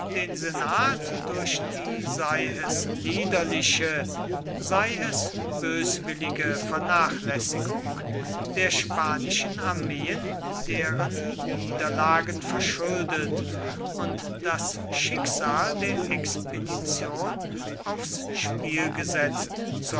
den senat durch die sei es liederliche sei es böswillige vernachlässigung der spanischen armeen deren niederlagen verschuldet und das schicksal der expedition aufs spiel gesetzt